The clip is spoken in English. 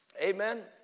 Amen